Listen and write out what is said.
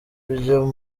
byo